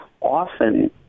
often